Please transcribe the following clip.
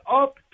up